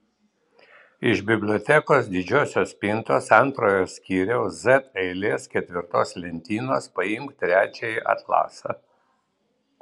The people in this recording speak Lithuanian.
iš bibliotekos didžiosios spintos antrojo skyriaus z eilės ketvirtos lentynos paimk trečiąjį atlasą